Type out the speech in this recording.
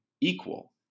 equal